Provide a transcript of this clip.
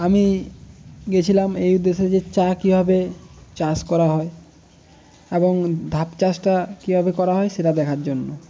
আমি গেছিলাম এই উদ্দেশ্যে যে চা কীভাবে চাষ করা হয় এবং ধাপ চাষটা কীভাবে করা হয় সেটা দেখার জন্য